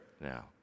now